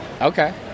okay